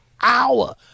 Hour